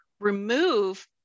remove